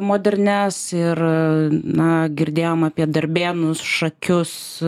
modernias ir na girdėjom apie darbėnus šakius